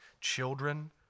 Children